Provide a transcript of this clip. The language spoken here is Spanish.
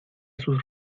sus